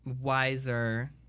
wiser